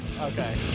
okay